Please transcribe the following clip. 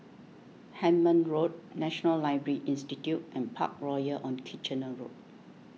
Hemmant Road National Library Institute and Parkroyal on Kitchener Road